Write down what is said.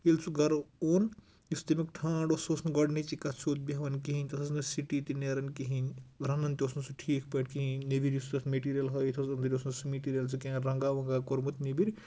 ییٚلہِ سُہ گَرٕ اوٚن یُس تیٚمیُک ٹھانٛڈ اوس سُہ اوس نہٕ گۄڈنِچی کَتھ سیوٚد بٮ۪ہوان کِہینۍ تَتھ ٲسۍ نہٕ سِٹی تہِ نیران کِہینۍ رَنان تہِ اوس نہٕ سُہ ٹھیٖک پٲٹھۍ کِہینۍ نٮ۪بٕرۍ یُس تَتھ میٚٹیٖریَل ہٲیِتھ اوس أندٕرۍ اوس نہٕ سُہ میٚٹیٖریل سُہ کینٛہہ رنٛگہ ونٛگہ کوٚرمُت نیٚبٕرۍ